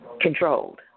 controlled